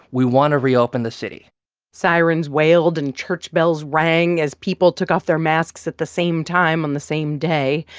we want to reopen the city sirens wailed and church bells rang as people took off their masks at the same time on the same day.